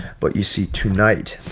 but you see tonight,